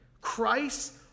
Christ